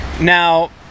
Now